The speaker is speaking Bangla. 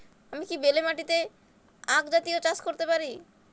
আমি কি বেলে মাটিতে আক জাতীয় চাষ করতে পারি?